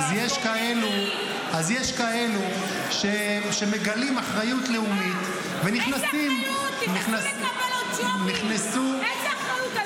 אז יש כאלה שמגלים אחריות לאומית ונכנסים --- איזה אחריות?